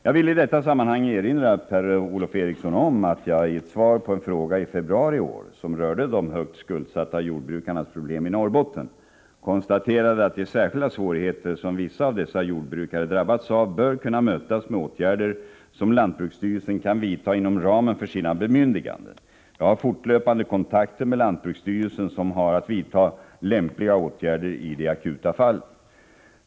Jag vill i detta sammanhang erinra Per-Ola Eriksson om att jag i ett svar på en fråga i februari i år, som rörde de högt skuldsatta jordbrukarnas problem i Norrbotten, konstaterade att de särskilda svårigheter som vissa av dessa jordbrukare drabbats av bör kunna mötas med åtgärder som lantbruksstyrelsen kan vidta inom ramen för sina bemyndiganden. Jag har fortlöpande kontakter med lantbruksstyrelsen, som har att vidta lämpliga åtgärder i de akuta fallen.